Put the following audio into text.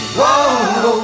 Whoa